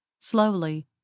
Slowly